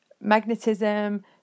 magnetism